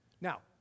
Now